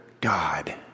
God